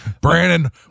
Brandon